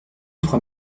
trois